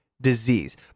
disease